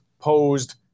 posed